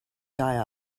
die